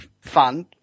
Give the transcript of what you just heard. fund